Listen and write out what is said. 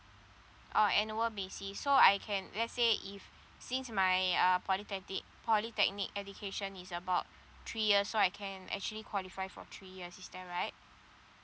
oh annual basis so I can let's say if since my uh polytechtic polytechnic education is about three years so I can actually qualify for three years is that right